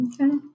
Okay